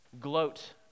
gloat